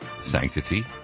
sanctity